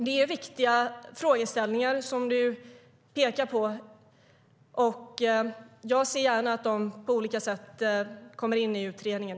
Det är viktiga frågeställningar hon pekar på, och jag ser gärna att de på olika sätt kommer in i utredningen.